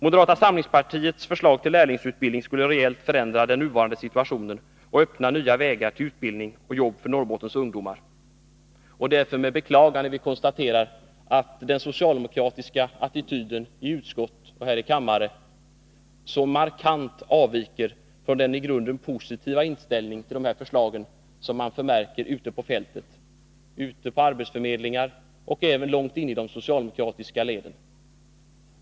Moderata samlingspartiets förslag till lärlingsutbildning skulle rejält förändra den nuvarande situationen och öppna nya vägar till utbildning och jobb för Norrbottens ungdomar. Det är därför med beklagande vi konstaterar att den socialdemokratiska attityden i utskotten och här i kammaren så markant avviker från den i grunden positiva inställning till dessa förslag som man förmärker ute på fältet, ute på arbetsförmedlingar och även långt inne i de socialdemokratiska leden.